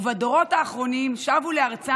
אנחנו נעשה את הכול למנוע מהם להרוס את זה.